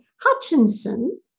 Hutchinson